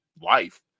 life